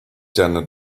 jena